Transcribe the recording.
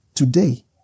Today